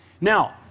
Now